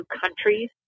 countries